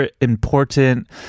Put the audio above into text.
important